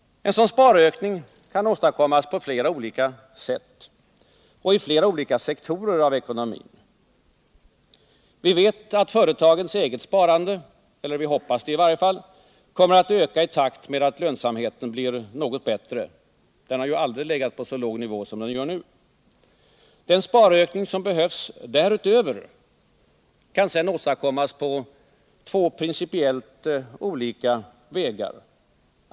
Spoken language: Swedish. En sådan sparökning kan åstadkommas på flera olika sätt och i flera olika sektorer av ekonomin. Vi vet — eller vi hoppas det i varje fall — att företagens eget sparande kommer att öka i takt med att lönsamheten blir något bättre; den har ju aldrig legat på så låg nivå som den gör nu. Den sparökning som behövs därutöver kan åstadkommas på två principiellt olika vägar.